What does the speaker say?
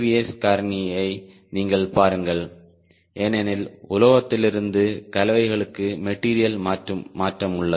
S காரணியை நீங்கள் பாருங்கள் ஏனெனில் உலோகத்திலிருந்து கலவைகளுக்கு மெட்டீரியல் மாற்றம் உள்ளது